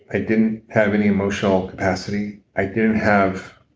i didn't have any emotional capacity. i didn't have